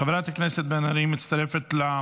חברת הכנסת בן ארי מצטרפת ל-?